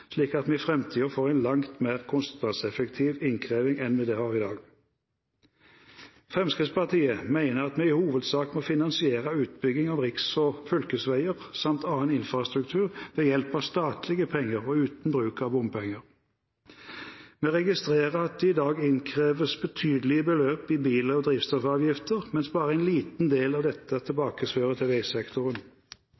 slik at vi i framtiden får en langt mer kostnadseffektiv innkreving enn vi har i dag. Fremskrittspartiet mener at vi i hovedsak må finansiere utbygging av riks- og fylkesveier samt annen infrastruktur ved hjelp av statlige penger og uten bruk av bompenger. Vi registrerer at det i dag innkreves betydelige beløp i bil- og drivstoffavgifter, mens bare en liten del av dette